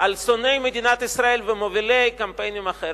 על שונאי מדינת ישראל ומובילי הקמפיינים של החרם,